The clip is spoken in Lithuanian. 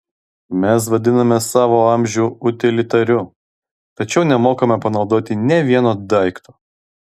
mes vadiname savo amžių utilitariu tačiau nemokame panaudoti nė vieno daikto